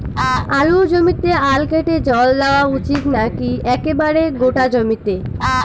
আলুর জমিতে আল কেটে জল দেওয়া উচিৎ নাকি একেবারে গোটা জমিতে?